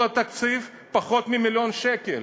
כל התקציב פחות ממיליון שקל.